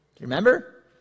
Remember